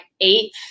eighth